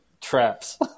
traps